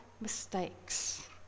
mistakes